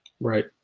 Right